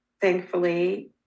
thankfully